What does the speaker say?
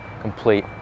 complete